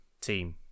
team